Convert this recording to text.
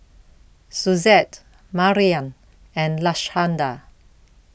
Suzette Marian and Lashanda